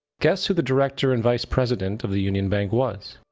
guess who the director and vice president of the union bank was.